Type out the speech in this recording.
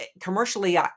Commercially